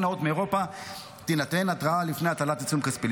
נאות מאירופה תינתן התראה לפני הטלת עיצום כספי.